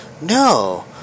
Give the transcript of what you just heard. No